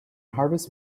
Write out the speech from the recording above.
harvest